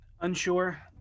unsure